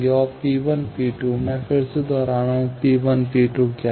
और P1 और P2 मैं फिर से दोहरा रहा हूं P1 P2 क्या है